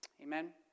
Amen